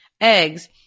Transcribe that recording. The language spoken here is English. eggs